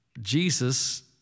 Jesus